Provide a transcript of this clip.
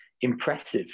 impressive